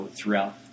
throughout